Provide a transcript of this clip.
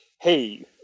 hey